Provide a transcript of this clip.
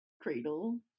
Cradle